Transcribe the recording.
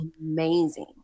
amazing